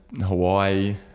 hawaii